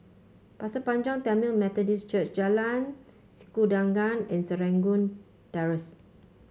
Pasir Panjang Tamil Methodist Church Jalan Sikudangan and Serangoon Terrace